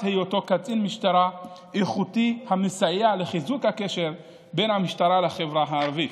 היותו קצין משטרה איכותי המסייע לחיזוק הקשר בין המשטרה לחברה הערבית,